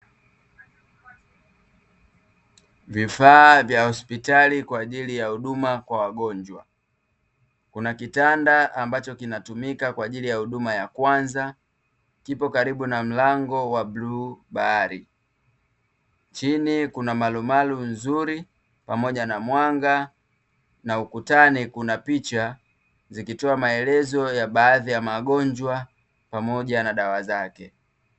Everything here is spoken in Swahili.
Vifaa vya hospitali kwa ajili ya huduma kwa wagonjwa. Kuna kitanda ambacho kinatumika kwa ajili ya huduma ya kwanza, kipo karibu na mlango wa bluu bahari. Chini kuna marumaru nzuri, pamoja na mwanga na ukutani kuna picha zikitoa maelezo ya baadhi ya magonjwa, pamoja na dawa zake.